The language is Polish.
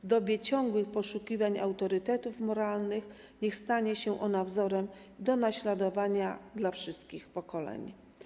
W dobie ciągłych poszukiwań autorytetów moralnych niech stanie się ona wzorem do naśladowania dla wszystkich pokoleń.